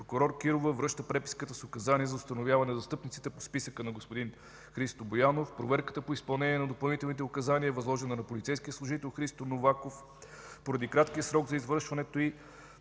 Прокурор Кирова връща преписката с указания за установяване на застъпниците по списъка на господин Христо Боянов. Проверката по изпълнение на допълнителните указания е възложена на полицейския служител Христо Новаков. Поради краткия срок за извършването